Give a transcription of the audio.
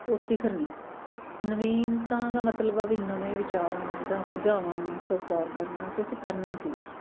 ਉਹ ਸਿਖਰ ਨੇ ਨਵੀਨਤਾ ਮਤਲਬ ਆ ਵੀ ਨਵੇਂ ਵਿਚਾਰਾਂ ਜਾਂ ਸੁਝਾਵਾਂ ਨੂੰ ਸਵੀਕਾਰ ਕਰਨਾ ਕਿ ਅਸੀਂ ਕਰਨਾ ਕੀ ਆ